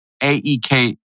AEK